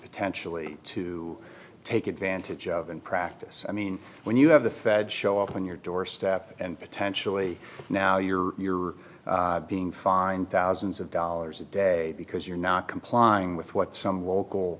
potentially to take advantage of in practice i mean when you have the feds show up on your doorstep and potentially now you're being fined thousands of dollars a day because you're not complying with what some local